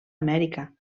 amèrica